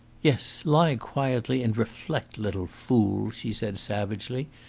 yes, lie quietly and reflect, little fool! she said savagely.